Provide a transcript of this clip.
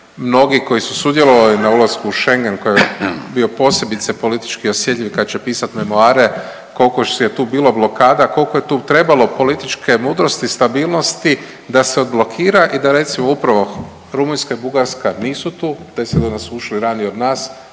mnogi koji su sudjelovali na ulasku u Schengen koji je bio posebice politički osjetljiv kad će pisat memoare kolko je tu bilo blokada, koliko je tu trebalo političke mudrosti, stabilnosti da se odblokira i da recimo upravo Rumunjska i Bugarska nisu tu, deset godina su ušli ranije od nas